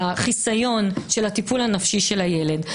בחיסיון של הטיפול הנפשי בילד.